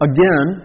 Again